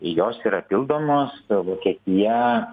jos yra pildomos vokietija